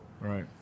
Right